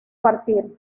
partir